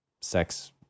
sex